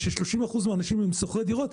כש-30% מהאנשים הם שוכרי דירות,